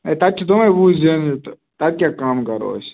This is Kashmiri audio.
ہے تَتہِ چھِ تِمَے وُہ زیننہِ تہٕ تَتہِ کیٛاہ کَم کَرو أسۍ